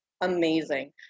amazing